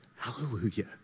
Hallelujah